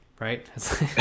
Right